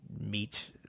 meet